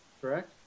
correct